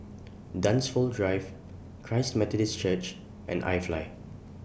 Dunsfold Drive Christ Methodist Church and IFly